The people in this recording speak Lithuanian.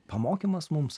pamokymas mums